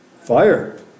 fire